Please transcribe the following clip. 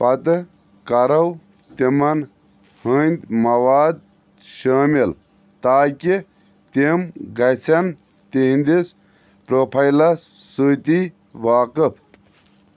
پتہٕ کرو تِمن ہِندۍ مواد شٲمِل تاکہِ تِم گژھن تہنٛدِس پروفائلس سۭتی واقٕف